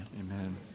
Amen